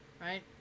Right